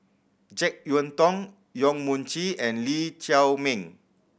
Jek Yeun Thong Yong Mun Chee and Lee Chiaw Meng